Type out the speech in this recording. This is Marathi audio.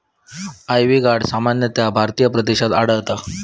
आयव्ही गॉर्ड सामान्यतः भारतीय प्रदेशात आढळता